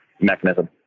mechanism